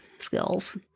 Skills